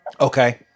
Okay